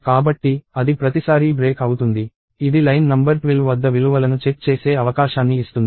కాబట్టి అది ప్రతిసారీ బ్రేక్ అవుతుంది ఇది లైన్ నంబర్ 12 వద్ద విలువలను చెక్ చేసే అవకాశాన్ని ఇస్తుంది